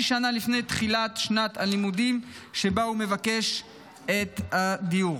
שנה לפני תחילת שנת הלימודים שבה הוא מבקש את הדיור.